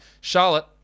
Charlotte